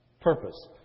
purpose